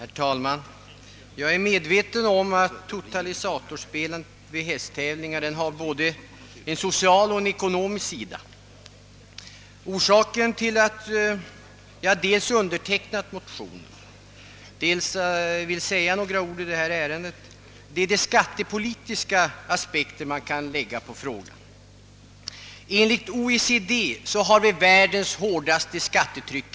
Herr talman! Jag är medveten om att totalisatorspel vid hästtävlingar både har en social och en ekonomisk sida. Orsaken till att jag har undertecknat motion II: 137 och att jag nu vill säga några ord i ärendet är de skattepolitiska aspekter man kan lägga på frågan. Enligt OECD:s uppgifter har vi här i landet världens hårdaste skattetryck.